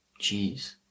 jeez